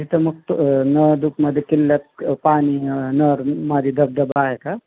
तिथं मग त नळदुर्गमध्ये किल्ल्यात पाणी नर मादी धबधबा आहे का